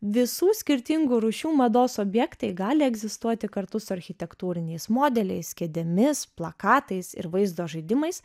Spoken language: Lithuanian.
visų skirtingų rūšių mados objektai gali egzistuoti kartu su architektūriniais modeliais kėdėmis plakatais ir vaizdo žaidimais